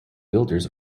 builders